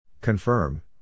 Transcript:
Confirm